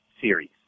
series